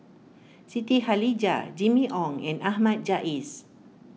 Siti Khalijah Jimmy Ong and Ahmad Jais